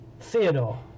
Theodore